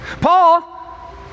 Paul